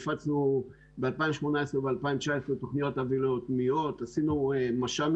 הפצנו ב-2018 וב-2019 תוכניות --- עשינו מש"מים